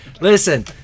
listen